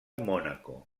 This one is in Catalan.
mònaco